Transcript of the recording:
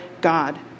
God